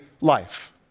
life